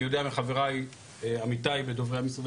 אני יודע מחבריי עמיתיי ודוברי משרדי